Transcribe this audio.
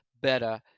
better